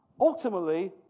Ultimately